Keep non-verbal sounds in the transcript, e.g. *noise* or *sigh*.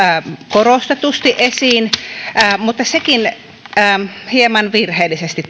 korostetusti esiin mutta sekin hieman virheellisesti *unintelligible*